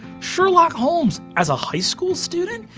sherlock holmes, as a high school student?